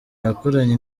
yakoranye